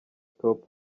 top